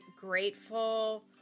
grateful